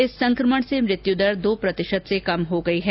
इस संक्रमण से मृत्यु दर दो प्रतिशत से कम हो गई है